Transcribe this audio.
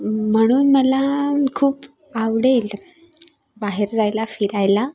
म्हणून मला खूप आवडेल बाहेर जायला फिरायला